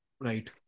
Right